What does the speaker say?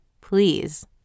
Please